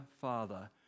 Father